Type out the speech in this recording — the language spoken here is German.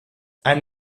ein